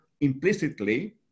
implicitly